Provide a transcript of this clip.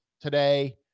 today